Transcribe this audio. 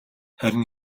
харин